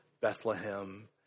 Bethlehem